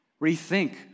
Rethink